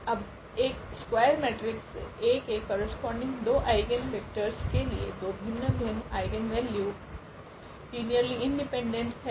अब एक square matrix A के करस्पोंडिंग दो आइगनवेक्टरस के लिए दो भिन्न भिन्न आइगनवेल्यूस लीनियरली इंडिपेंडेंट है